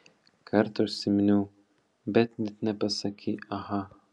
kartą užsiminiau bet net nepasakei aha